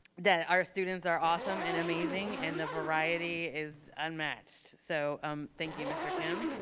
that our students are awesome and amazing, and the variety is unmatched. so um thank you mr. kim.